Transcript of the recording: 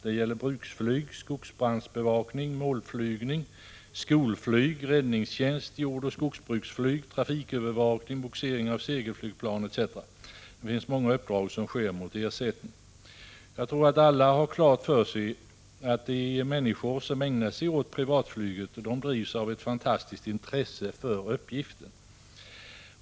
Det gäller bruksflyg, skogsbrandsbevakning, målflygning, skolflyg, räddningstjänst, jordoch skogsbruksflyg, trafikövervakning, bogsering av segelflygplan etc. Det finns många uppdrag som sker mot ersättning. Jag tror att alla har klart för sig att de människor som ägnar sig åt privatflyget drivs av ett fantastiskt intresse för uppgiften.